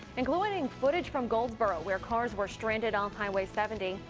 including footage from goldsboro, where cars were stranded off highway seventy.